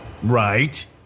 Right